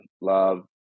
love